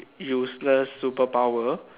useless superpower